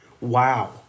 Wow